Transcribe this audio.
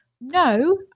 no